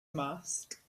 mask